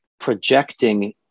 projecting